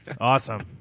awesome